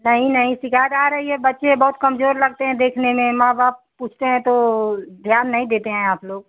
नहीं नहीं शिकायत आ रही है बच्चे बहुत कमजोर लगते हैं देखने में माँ बाप पूछते हैं तो ध्यान नहीं देते हैं आप लोग